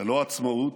ללא עצמאות,